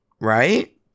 Right